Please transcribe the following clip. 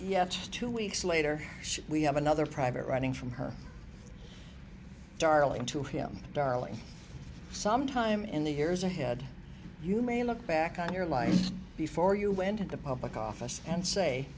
yet two weeks later should we have another private running from her darling to him darling sometime in the years ahead you may look back on your life before you went into public office and say